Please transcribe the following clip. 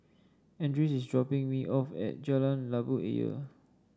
Andres is dropping me off at Jalan Labu Ayer